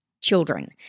children